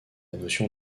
notion